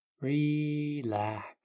Relax